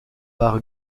par